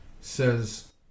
says